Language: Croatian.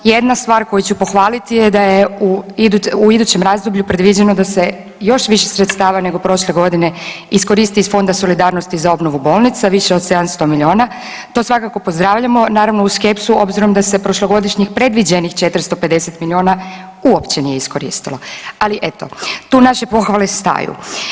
Jedna stvar koju ću pohvaliti je da je u idućem razdoblju predviđeno da se još više sredstava nego prošle godine iskoristi iz Fonda solidarnosti za obnovu bolnica, više od 700 miliona, to svakako pozdravljamo, naravno uz skepsu obzirom da se prošlogodišnjih predviđenih 450 miliona uopće nije iskoristilo, ali eto, tu naše pohvale staju.